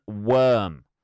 worm